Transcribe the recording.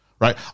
Right